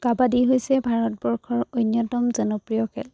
কাবাডী হৈছে ভাৰতবৰ্ষৰ অন্যতম জনপ্ৰিয় খেল